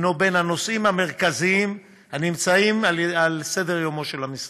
בין הנושאים המרכזיים הנמצאים על סדר-יומו של המשרד.